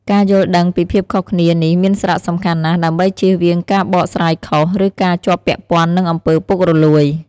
ការយល់ដឹងពីភាពខុសគ្នានេះមានសារៈសំខាន់ណាស់ ដើម្បីជៀសវាងការបកស្រាយខុស ឬការជាប់ពាក់ព័ន្ធនឹងអំពើពុករលួយ។